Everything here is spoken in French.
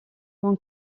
mon